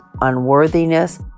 unworthiness